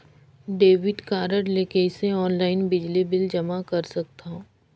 Debit card ले कइसे online बिजली बिल जमा कर सकथव?